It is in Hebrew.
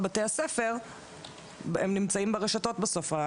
נמצאים ברשתות.